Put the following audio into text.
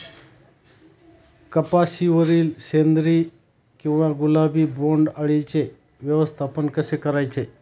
कपाशिवरील शेंदरी किंवा गुलाबी बोंडअळीचे व्यवस्थापन कसे करायचे?